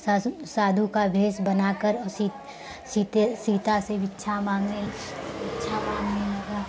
सासु साधू का वेष बनाकर सिते सीता से भिक्षा मांगने भिक्षा मांगने लगा